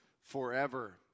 forever